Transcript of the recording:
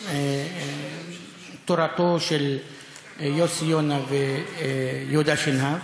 תורתם של יוסי יונה ויהודה שנהב.